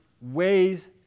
ways